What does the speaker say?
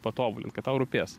patobulint kad tau rūpės